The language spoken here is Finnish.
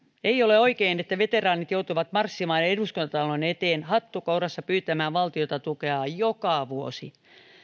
ei ole oikein että veteraanit joutuvat marssimaan eduskuntatalon eteen hattu kourassa pyytämään valtiolta tukea joka vuosi